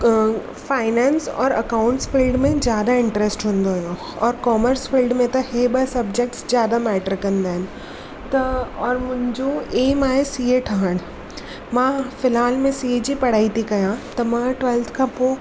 finance और accounts field में ज्यादा इंट्रैस्ट हूंदो हुयो और कोमर्स फिल्ड में त हीअ ॿ सबजेक्ट्स ज्यादा मैटर कंदा आहिनि त और मुंहिंजो एम आहे सीए ठहण मां फिल्हालु में सीए जी पढ़ाई थी कयां त मां ट्वैल्थ खां पोइ